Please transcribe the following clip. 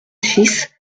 six